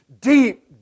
Deep